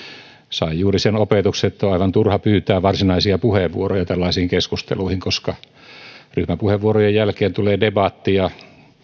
sain juuri sen opetuksen että on aivan turha pyytää varsinaisia puheenvuoroja tällaisiin keskusteluihin koska ryhmäpuheenvuorojen jälkeen tulee debatti ja